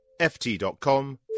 ft.com